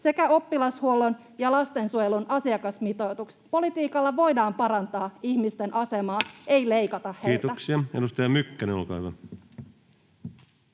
sekä oppilashuollon ja lastensuojelun asiakasmitoitus. Politiikalla voidaan parantaa ihmisten asemaa, ei leikata heiltä. Kiitoksia. — Edustaja Mykkänen, olkaa hyvä.